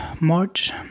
March